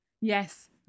Yes